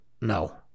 no